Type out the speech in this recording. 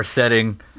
setting